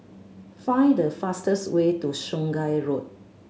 find the fastest way to Sungei Road